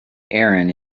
aaron